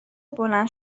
بلند